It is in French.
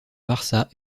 marsa